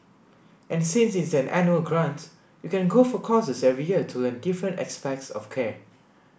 and since it's an annual grant you can go for courses every year to learn different aspects of care